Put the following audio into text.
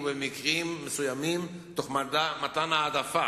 ובמקרים מסוימים במתן העדפה,